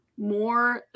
more